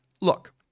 Look